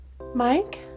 Mike